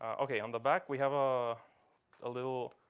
ok, on the back, we have a ah little